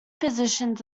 positions